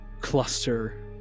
cluster